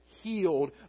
healed